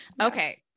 Okay